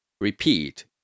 repeat